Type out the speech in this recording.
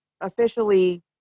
officially